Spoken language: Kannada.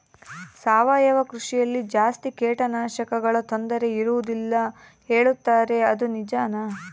ಸಾವಯವ ಕೃಷಿಯಲ್ಲಿ ಜಾಸ್ತಿ ಕೇಟನಾಶಕಗಳ ತೊಂದರೆ ಇರುವದಿಲ್ಲ ಹೇಳುತ್ತಾರೆ ಅದು ನಿಜಾನಾ?